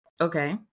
Okay